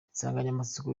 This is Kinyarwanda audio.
insanganyamatsiko